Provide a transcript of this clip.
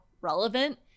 relevant